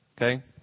Okay